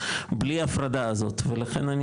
בלי ההפרדה הזאת ולכן,